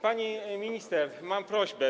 Pani minister, mam prośbę.